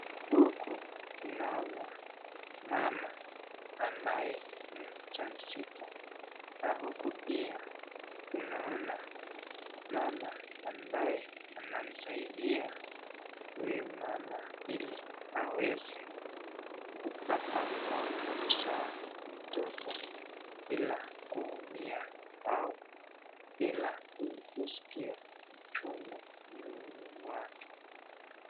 Huku naona mama ambaye ni mjamzito, na huku pia ninaona mama ambaye anamsaidia huyu mama ili aweze kupata au kuzaa mtoto bila kuumia au bila kusikia uchungu mwilini mwake.